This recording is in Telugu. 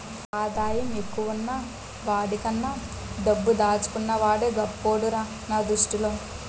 ఆదాయం ఎక్కువున్న వాడికన్నా డబ్బు దాచుకున్న వాడే గొప్పోడురా నా దృష్టిలో